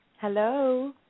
Hello